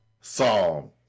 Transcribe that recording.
Psalm